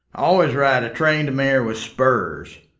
always ride a trained mare with spurs.